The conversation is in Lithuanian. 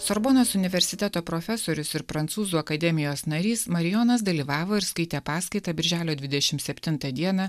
sorbonos universiteto profesorius ir prancūzų akademijos narys marijonas dalyvavo ir skaitė paskaitą birželio dvidešimt septintą dieną